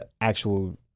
actual